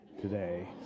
today